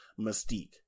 mystique